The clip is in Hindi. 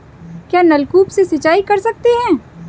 क्या नलकूप से सिंचाई कर सकते हैं?